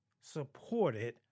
supported